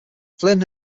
flynn